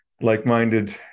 like-minded